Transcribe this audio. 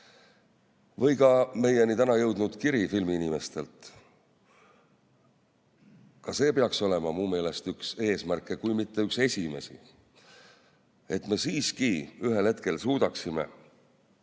Või ka meieni täna jõudnud kiri filmiinimestelt. Ka see peaks olema mu meelest üks eesmärke, kui mitte üks esimesi, et me siiski ühel hetkel suudaksime